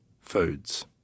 foods